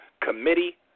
committee